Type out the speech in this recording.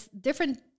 different